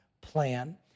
plan